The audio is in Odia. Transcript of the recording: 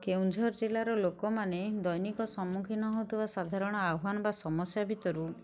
କେଉଁଝର ଜିଲ୍ଲାର ଲୋକମାନେ ଦୈନିକ ସମ୍ମୁଖୀନ ହେଉଥିବା ସାଧାରଣ ଆହ୍ୱାନ ବା ସମସ୍ୟା ଭିତରୁ